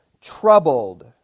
troubled